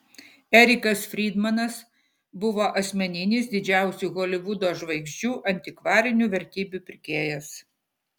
erikas frydmanas buvo asmeninis didžiausių holivudo žvaigždžių antikvarinių vertybių pirkėjas